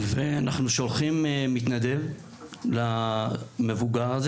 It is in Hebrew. ואנחנו בעצם שולחים מתנדב לקשיש הזה,